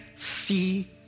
See